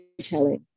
Telling